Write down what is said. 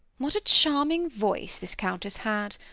what a charming voice this countess had!